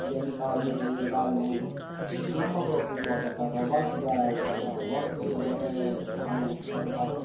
یا نکالنے ہیں یا ڈالنے ہیں ایک لمبا پروسیز ہوا کرتا تھا وقت ضائع ہوتا تھا وقت جو ہے ہمیں لگتا تھا